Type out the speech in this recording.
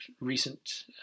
recent